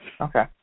okay